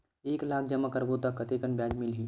एक लाख जमा करबो त कतेकन ब्याज मिलही?